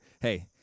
Hey